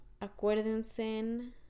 Acuérdense